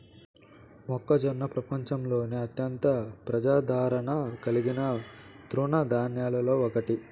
మొక్కజొన్న ప్రపంచంలోనే అత్యంత ప్రజాదారణ కలిగిన తృణ ధాన్యాలలో ఒకటి